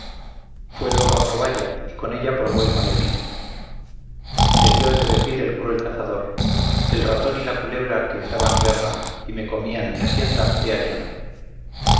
fue luego a proballa y con ella probó el maleficio debió de decir el cruel cazador el ratón y culebra que me daban guerra y me comían mi hacienda he hallado